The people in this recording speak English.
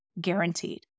guaranteed